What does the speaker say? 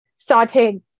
sauteing